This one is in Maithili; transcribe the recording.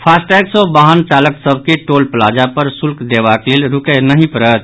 फास्टैग सँ वाहन चालक सभ के टोल प्लाजा पर शुल्क देबाक लेल रूकय नहि पड़त